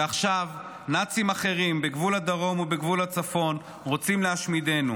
ועכשיו נאצים אחרים בגבול הדרום ובגבול הצפון רוצים להשמידנו,